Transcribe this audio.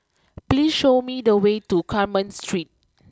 please show me the way to Carmen Street